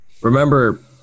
Remember